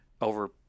over